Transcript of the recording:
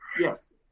yes